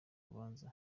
rubanza